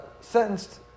Sentenced